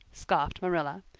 scoffed marilla.